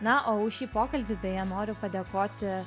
na o už šį pokalbį beje noriu padėkoti